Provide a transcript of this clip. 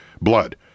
blood